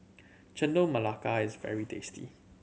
Chendol Melaka is very tasty